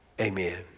Amen